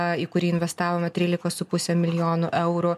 į kurį investavome trylika su puse milijonų eurų